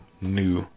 new